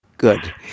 Good